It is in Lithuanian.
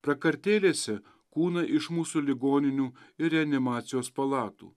prakartėlėse kūnai iš mūsų ligoninių ir reanimacijos palatų